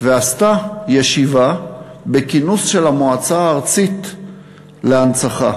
ועשתה ישיבה בכינוס של המועצה הארצית להנצחה,